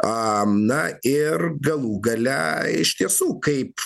na ir galų gale iš tiesų kaip